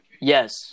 yes